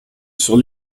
sur